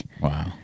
Wow